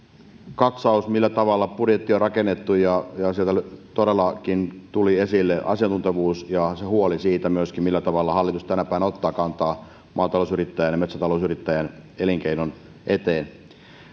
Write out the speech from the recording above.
katsaus millä tavalla budjetti on rakennettu ja sieltä todellakin tuli esille asiantuntevuus ja myöskin se huoli millä tavalla hallitus tänä päivänä ottaa kantaa maata lousyrittäjän ja metsätalousyrittäjän elinkeinon eteen